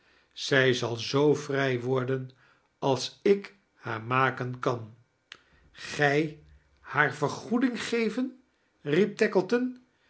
zij zal zoo vrij worden als ik haar maken kan gij haar vergoeding geven riep